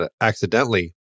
accidentally